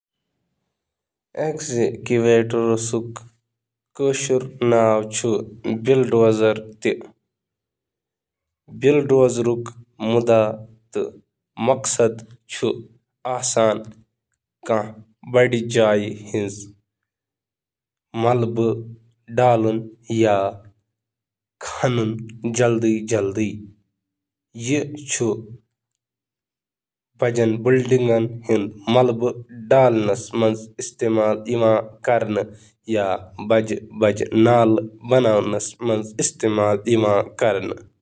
کشمیٖری زبانہِ ہِنٛدِس ایکسکیویٹرُک مطلب چھُ بلڈوزر۔ اَمہِ سۭتۍ چھُ مالبی کھننس تہٕ تُلنَس منٛز مدد میلان تہٕ چینلہٕ کھننہٕ خٲطرٕ تہِ چھُ استعمال یِوان کرنہٕ۔